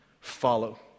follow